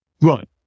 Right